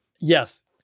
Yes